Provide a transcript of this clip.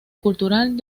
cultural